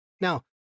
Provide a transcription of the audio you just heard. Now